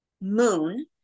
moon